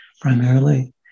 primarily